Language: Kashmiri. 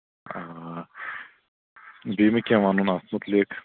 آ بیٚیہِ مہٕ کیٚنٛہہ وَنُن اَتھ مُتعلِق